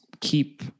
keep